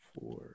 four